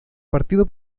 partido